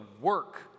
work